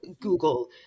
Google